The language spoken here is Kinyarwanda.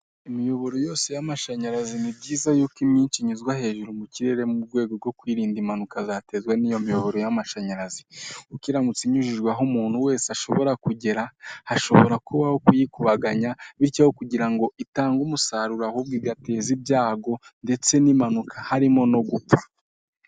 Imiyoboro yose y'amashanyarazi ni byiza yuko imyinshi inyuzwa hejuru mu kirere mu rwego rwo kwirinda impanuka zaterwa n'iyo miyoboro y'amashanyarazikimutse inyujijwe aho umuntu wese ashobora kugera hashobora kubaho kuyikubaganya bityo kugira ngo itange umusaruro ahubwo igateza ibyago ndetse n'impanuka harimo no gupfa.